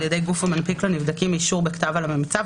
על ידי גוף המנפיק לנבדקים אישור בכתב על הממצא,